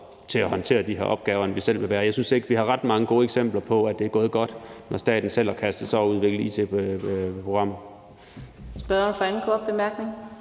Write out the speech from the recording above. til at håndtere de her opgaver, end vi selv vil være. Jeg synes ikke, vi har ret mange gode eksempler på, at det er gået godt, når staten selv har kastet sig ud i at udvikle et it-program.